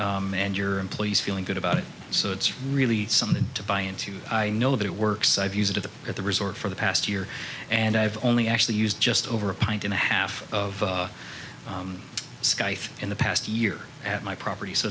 it and your employees feeling good about it so it's really something to buy into i know that it works i've used to that at the resort for the past year and i've only actually used just over a pint and a half of sky in the past year at my property so